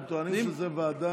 הם טוענים שזו ועדה,